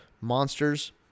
monsters